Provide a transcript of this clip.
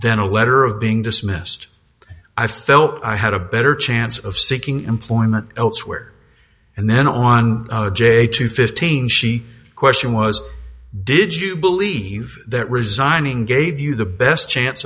than a letter of being dismissed i felt i had a better chance of seeking employment elsewhere and then on j two fifteen she question was did you believe that resigning gave you the best chance